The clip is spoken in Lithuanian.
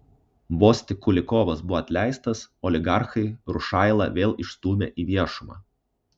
vos tik kulikovas buvo atleistas oligarchai rušailą vėl išstūmė į viešumą